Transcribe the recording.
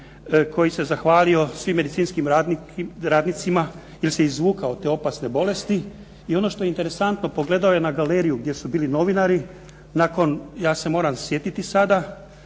koji se zahvalio svim medicinskim radnicima, jer se izvukao od te opasne bolesti. I ono što je interesantno pogledao je na galeriju gdje su bili novinari, nakon, ja se moram sjetiti sada,